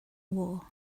war